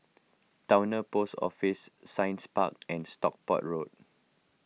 Towner Post Office Science Park and Stockport Road